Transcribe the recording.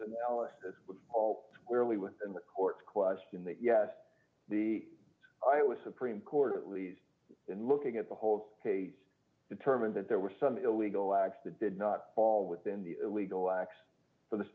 analysis squarely within the court's question that yes the iowa supreme court at least in looking at the whole case determined that there were some illegal acts the did not fall within the legal acts for th